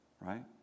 right